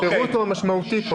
הפירוט כאן הוא משמעותי.